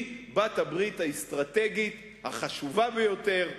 היא בעלת הברית האסטרטגית החשובה ביותר,